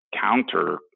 counter